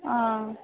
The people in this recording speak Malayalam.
ആ